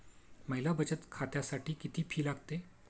महिला बचत खात्यासाठी किती फी लागते?